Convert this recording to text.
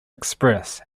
express